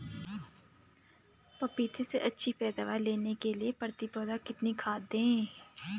पपीते से अच्छी पैदावार लेने के लिए प्रति पौधा कितनी खाद दें?